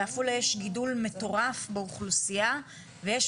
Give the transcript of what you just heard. בעפולה יש גידול מטורף באוכלוסייה ויש